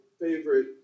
favorite